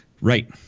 Right